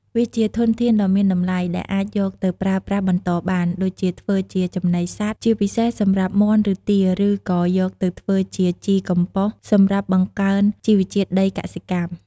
វាជាធនធានដ៏មានតម្លៃដែលអាចយកទៅប្រើប្រាស់បន្តបាន ដូចជាធ្វើជាចំណីសត្វ ជាពិសេសសម្រាប់មាន់ ឬទា ឬក៏យកទៅធ្វើជាជីកំប៉ុស្តសម្រាប់បង្កើនជីជាតិដីកសិកម្ម។